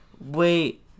wait